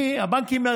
כי הבנקים,